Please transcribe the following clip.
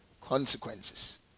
consequences